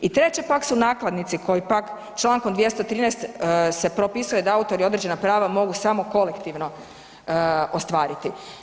I treće pak su nakladnici koji pak čl. 213 se propisuje da autori određena prava mogu samo kolektivno ostvariti.